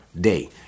day